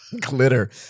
Glitter